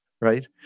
right